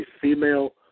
female